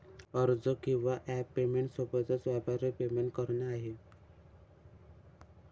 अर्ज किंवा app payment सोबतच, व्यापारी पेमेंट करणे आहे